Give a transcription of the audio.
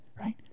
Right